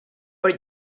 por